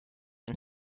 and